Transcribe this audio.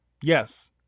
Yes